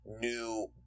new